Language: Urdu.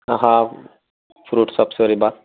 ہاں فروٹ ساپ سے ہو رہی ہے بات